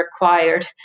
required